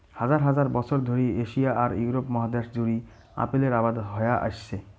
হাজার হাজার বছর ধরি এশিয়া আর ইউরোপ মহাদ্যাশ জুড়িয়া আপেলের আবাদ হয়া আইসছে